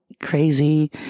crazy